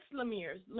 Lemire's